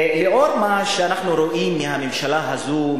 לאור מה שאנחנו רואים מהממשלה הזו,